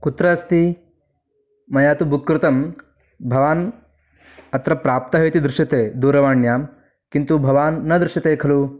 कुत्र अस्ति मया तु बुक् कृतं भवान् अत्र प्राप्तमिति दृश्यते दूरवाण्यां किन्तु भवान् न दृश्यते खलु